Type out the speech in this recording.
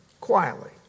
quietly